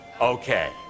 okay